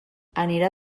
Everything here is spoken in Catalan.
anirà